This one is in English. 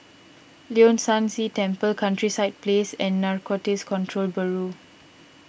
Leong San See Temple Countryside Place and Narcotics Control Bureau